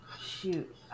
shoot